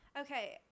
Okay